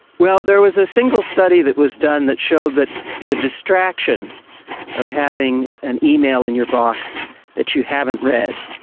well, there was a single study that was done that showed that the distraction of having an email in your box that you haven't read,